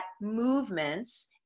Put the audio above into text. movements